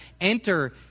enter